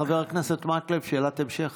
חבר הכנסת מקלב, שאלת המשך.